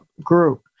group